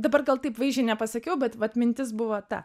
dabar gal taip vaizdžiai nepasakiau bet vat mintis buvo ta